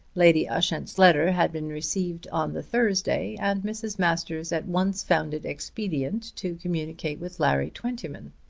lady ushant's letter had been received on the thursday and mrs. masters at once found it expedient to communicate with larry twentyman.